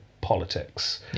politics